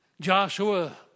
Joshua